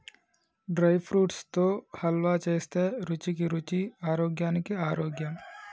dry fruits తో హల్వా చేస్తే రుచికి రుచి ఆరోగ్యానికి ఆరోగ్యం